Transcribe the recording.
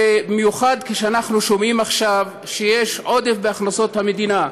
במיוחד כשאנחנו שומעים עכשיו שיש עודף בהכנסות המדינה.